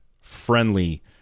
friendly